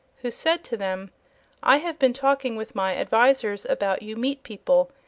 who said to them i have been talking with my advisors about you meat people,